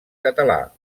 català